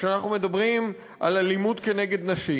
כשאנחנו מדברים על אלימות כנגד נשים,